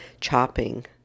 chopping